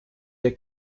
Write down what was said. der